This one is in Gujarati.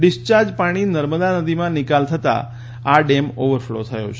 ડિસ્ચાર્જ પાણી નર્મદા નદીમાં નિકાલ થતાં વિયર ડેમ ઓવર ફ્લો થયો છે